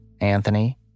Anthony